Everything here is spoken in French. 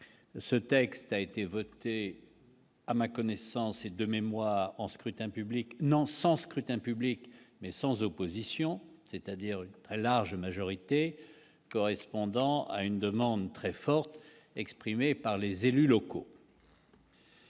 ce texte a été voté à ma connaissance et de mémoire en scrutin public, non sans scrutin public mais sans opposition, c'est-à-dire une très large majorité, correspondant à une demande très forte exprimée par les élus locaux.